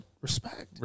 respect